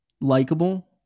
likable